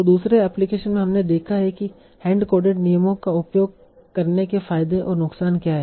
तो दूसरे एप्लीकेशन में हमने देखा है की हैंड कोडेड नियमों का उपयोग करने के फायदे और नुकसान क्या हैं